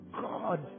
God